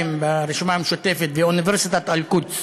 ברשימה המשותפת ואוניברסיטת אל-קודס